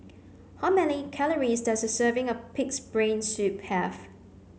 how many calories does a serving of pig's brain soup have